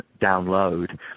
download